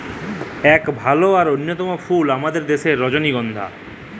ইক ভাল আর অল্যতম ফুল আমাদের দ্যাশের রজলিগল্ধা